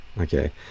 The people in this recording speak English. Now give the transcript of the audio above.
okay